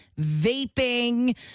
Vaping